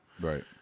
right